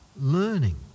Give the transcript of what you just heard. learning